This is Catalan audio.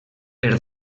per